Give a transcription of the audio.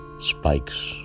spikes